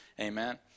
amen